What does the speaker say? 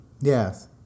Yes